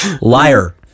liar